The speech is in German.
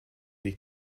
die